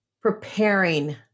preparing